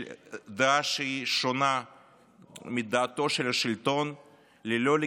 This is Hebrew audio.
דעה שהיא שונה מדעתו של השלטון ללא לגיטימי,